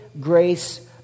grace